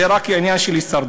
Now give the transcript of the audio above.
זה רק עניין של הישרדות.